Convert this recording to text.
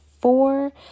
four